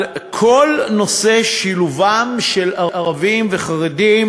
על כל נושא שילובם של ערבים וחרדים